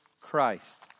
Christ